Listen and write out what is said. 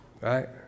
right